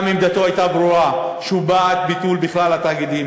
גם עמדתו הייתה ברורה, שהוא בעד ביטול התאגידים